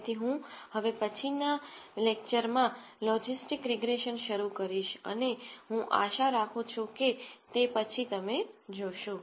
તેથી હું હવે પછીનાં લેકચરમાં લોજિસ્ટિક રીગ્રેસન શરૂ કરીશ અને હું આશા રાખું છું કે તે પછી તમે જોશો